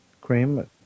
cream